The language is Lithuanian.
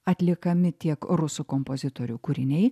atliekami tiek rusų kompozitorių kūriniai